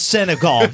Senegal